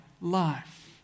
life